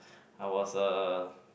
I was a